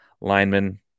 linemen